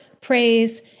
praise